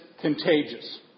contagious